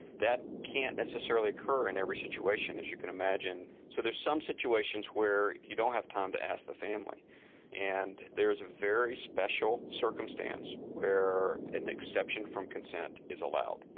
that can't necessarily occur in every situation as you can imagine so there's some situations where you don't have time to ask the family and there is a very special circumstance where an exception from consent is allowed.